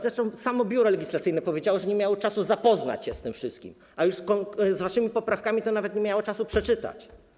Zresztą samo Biuro Legislacyjne powiedziało, że nie miało czasu zapoznać się z tym wszystkim, a już waszych poprawek to nawet nie miało czasu przeczytać.